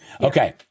Okay